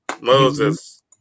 Moses